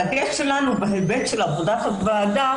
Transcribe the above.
הדגש שלנו בהיבט של עבודת הוועדה